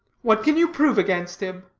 what can you prove against him?